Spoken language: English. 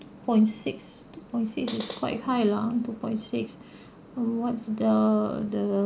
two point six two point six is quite high lah two point six err what's the the